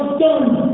done